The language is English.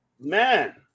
man